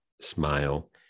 smile